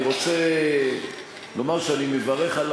אני רוצה לומר שאני מברך על